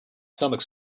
stomach